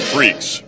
Freaks